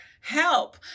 help